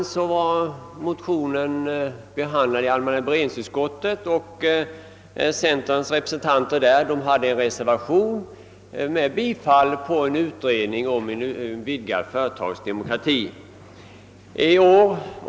Förra årets motioner behandlades av allmänna «<:beredningsutskottet, och centerns representanter i utskottet avgav då en reservation med hemställan om bifall till kravet på en utredning angående en vidgad företagsdemokrati.